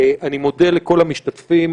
אני מודה לכל המשתתפים.